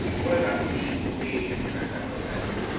what does that mean for gay and bisexual men,